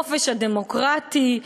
החופש הדמוקרטי,